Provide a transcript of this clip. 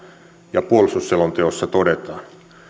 ja puolustusselonteossa todetaan